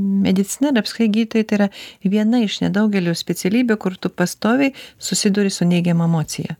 medicina ir apskritai gytojai tai yra viena iš nedaugelio specialybių kur tu pastoviai susiduri su neigiama emocija